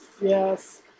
yes